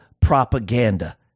propaganda